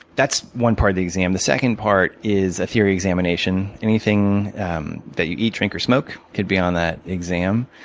that's one part of the exam. the second part is a theory examination. anything um that you eat, drink, or smoke could be on that exam.